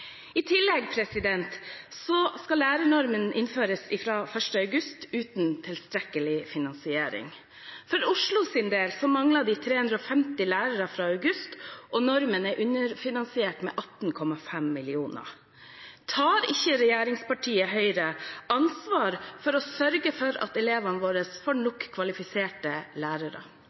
skal lærernormen innføres fra 1. august, uten tilstrekkelig finansiering. For Oslo sin del mangler det 350 lærere fra august, og normen er underfinansiert med 18,5 mill. kr. Tar ikke regjeringspartiet Høyre ansvar for å sørge for at elevene våre får nok kvalifiserte lærere?